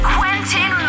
Quentin